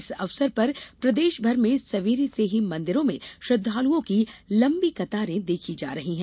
इस अवसर पर प्रदेश भर में सबेरे से ही मंदिरों में श्रद्वालुओं की लंबी कतारे देखी जा रही है